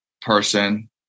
person